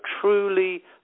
truly